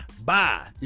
Bye